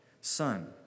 son